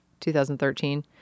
2013